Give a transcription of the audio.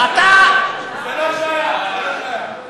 זה לא שייך, זה לא שייך.